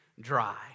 dry